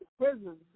prison